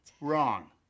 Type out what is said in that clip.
wrong